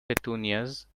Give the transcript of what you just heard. petunias